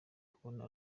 kubona